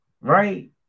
right